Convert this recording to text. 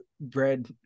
bread